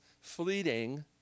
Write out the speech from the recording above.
fleeting